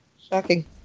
shocking